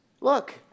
look